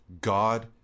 God